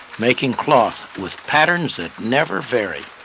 making cloth with patterns that never vary,